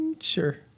Sure